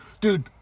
dude